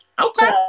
Okay